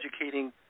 educating